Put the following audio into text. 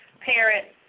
parents